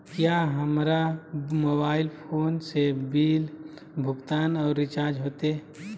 क्या हमारा mobile phone से बिल भुगतान और रिचार्ज होते?